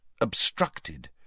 obstructed